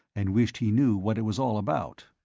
and wished he knew what it was all about.